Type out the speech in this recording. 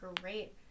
great